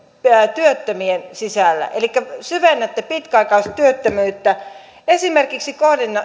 työttömien välillä elikkä syvennätte pitkäaikaistyöttömyyttä esimerkiksi